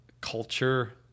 culture